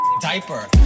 diaper